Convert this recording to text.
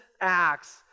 acts